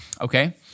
okay